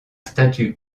statut